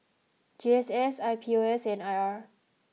G S S I P O S and I R